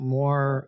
more